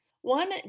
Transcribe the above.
One